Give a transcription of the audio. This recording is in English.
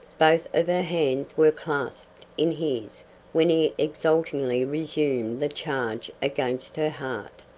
both of her hands were clasped in his when he exultingly resumed the charge against her heart,